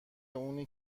اونی